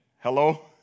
Hello